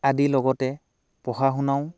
আদি লগতে পঢ়া শুনাও